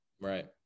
Right